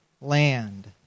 land